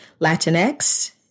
Latinx